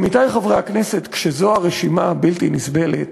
עמיתי חברי הכנסת, כשזו הרשימה הבלתי-נסבלת,